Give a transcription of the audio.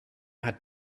hat